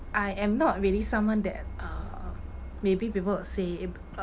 I am not really someone that uh maybe people'd say